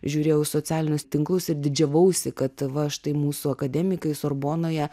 žiūrėjau socialinius tinklus ir didžiavausi kad va štai mūsų akademikai sorbonoje